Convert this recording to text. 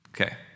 Okay